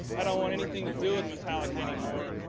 i don't want anything to do with metallica anymore.